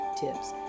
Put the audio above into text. tips